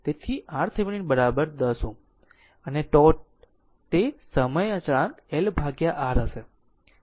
તેથી RThevenin 10 Ω અને τ તે સમય અચળાંક LR હશે